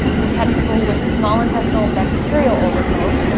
we've had people with small intestinal bacterial overgrowth,